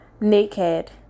Naked